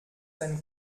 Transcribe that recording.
ein